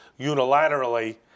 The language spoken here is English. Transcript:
unilaterally